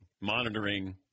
monitoring